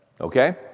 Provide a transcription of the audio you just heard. Okay